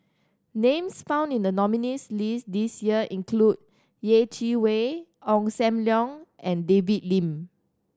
names found in the nominees' list this year include Yeh Chi Wei Ong Sam Leong and David Lim